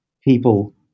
people